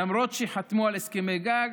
למרות שחתמו על הסכמי גג,